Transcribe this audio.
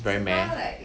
very meh